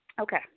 Okay